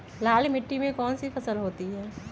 लाल मिट्टी में कौन सी फसल होती हैं?